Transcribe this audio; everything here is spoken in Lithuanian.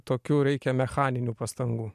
tokių reikia mechaninių pastangų